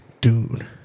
Dude